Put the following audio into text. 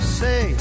say